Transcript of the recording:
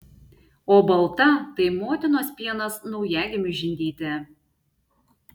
o balta tai motinos pienas naujagimiui žindyti